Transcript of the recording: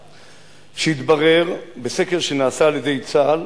התברר בסקר שנעשה על-ידי צה"ל,